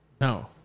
No